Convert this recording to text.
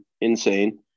insane